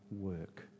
work